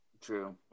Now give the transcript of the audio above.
true